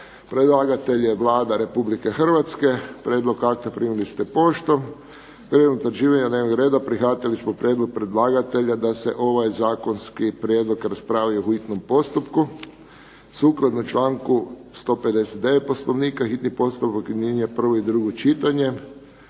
Predlagatelj je Vlada Republike Hrvatske. Prijedlog akta primili ste poštom. Prilikom utvrđivanja dnevnog reda prihvatili smo prijedlog predlagatelja da se ovaj zakonski prijedlog raspravi u hitnom postupku sukladno čl. 159. Poslovnika, hitni postupak, prvo i drugo čitanje.